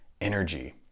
energy